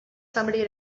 somebody